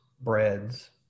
breads